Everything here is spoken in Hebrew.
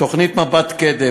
תוכנית "מבט קדם",